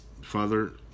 father